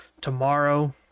Tomorrow